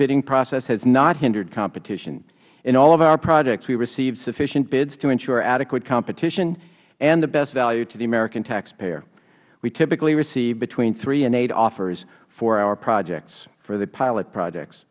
bidding process has not hindered competition in all of our projects we received sufficient bids to ensure adequate competition and the best value to the american taxpayer we typically receive between three and eight offers for our projects for the pilot projects